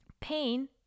pain